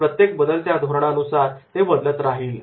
प्रत्येक बदलत्या धोरणानुसार ते बदलत राहील